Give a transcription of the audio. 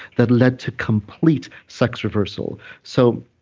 that led to complete sex reversal so,